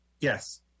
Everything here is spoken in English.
Yes